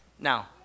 Now